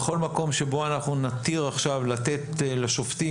בכל מקום שבו אנחנו נתיר עכשיו לתת לשופטים